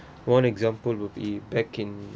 one example would be back in